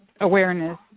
awareness